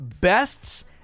bests